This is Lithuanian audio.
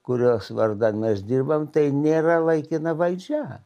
kurios vardan mes dirbam tai nėra laikina valdžia